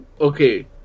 Okay